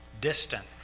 distant